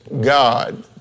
God